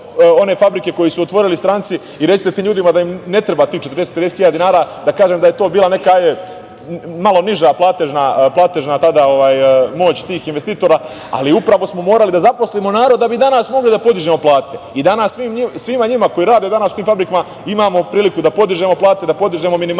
da je to bila neka malo niža platežna tada moć tih investitora, ali upravo smo morali da zaposlimo narod da bismo danas mogli da podižemo plate i danas svima njima koji rade danas u tim fabrikama imamo priliku da podižemo plate, da podižemo minimalac